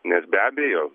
nes be abejo